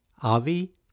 Avi